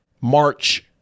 March